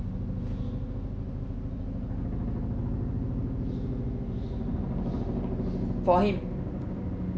for him